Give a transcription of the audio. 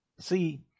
See